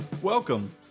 Welcome